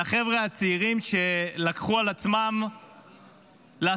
זה החבר'ה הצעירים שלקחו על עצמם לעשות